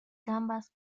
gambas